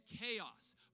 chaos